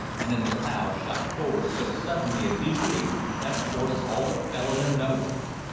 and then the plow shot forward so suddenly and easily that the horses all but fell on their noses.